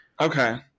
Okay